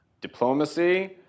diplomacy